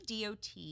DOT